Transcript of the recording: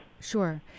Sure